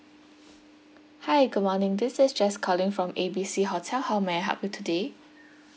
hi good morning this is jess calling from A B C hotel how may I help you today